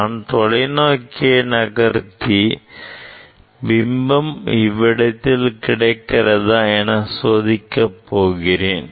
நான் தொலைநோக்கியை நகர்த்தி பிம்பம் இவ்விடத்தில் கிடைக்கிறதா என சோதிக்க போகிறேன்